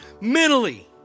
mentally